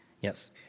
Yes